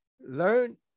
Learn